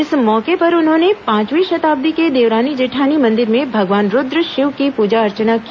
इस मौके पर उन्होंने पांचवीं शताब्दी के देवरानी जेठानी मंदिर में भगवान रूद्र शिव की पूजा अर्चना की